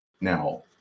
now